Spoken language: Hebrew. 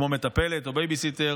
כמו מטפלת או בייביסיטר.